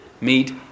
meet